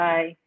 Bye